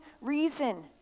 reason